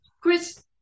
chris